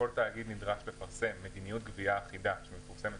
כל תאגיד נדרש לפרסם מדיניות גבייה אחידה שמפורסמת